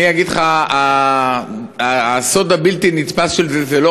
אני אגיד לך: הסוד הבלתי-נתפס של זה הוא לא